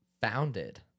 founded